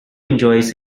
enjoys